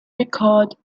recorded